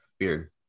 Weird